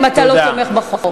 אם אתה לא תומך בחוק.